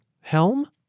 helm